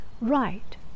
right